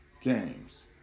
games